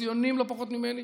ציונים לא פחות ממני.